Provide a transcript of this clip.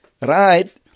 Right